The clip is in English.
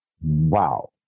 wow